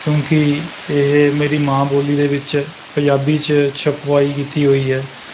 ਕਿਉਂਕਿ ਇਹ ਮੇਰੀ ਮਾਂ ਬੋਲੀ ਦੇ ਵਿੱਚ ਪੰਜਾਬੀ 'ਚ ਛਪਾਈ ਕੀਤੀ ਹੋਈ ਹੈ